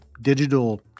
digital